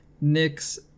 Nick's